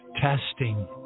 testing